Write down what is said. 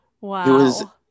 wow